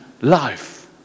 life